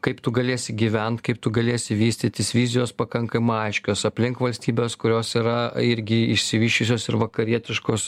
kaip tu galėsi gyvent kaip tu galėsi vystytis vizijos pakankamai aiškios aplink valstybės kurios yra irgi išsivysčiusios ir vakarietiškos